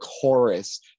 chorus